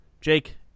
Jake